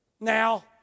Now